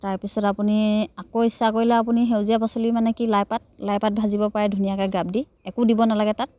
তাৰপিছত আপুনি আকৌ ইচ্ছা কৰিলে আপুনি সেউজীয়া পাচলি মানে কি লাই পাত লাই পাত ভাজিব পাৰে ধুনীয়াকৈ গাপ দি একো দিব নালাগে তাত